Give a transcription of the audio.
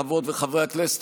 חברות וחברי הכנסת,